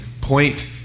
point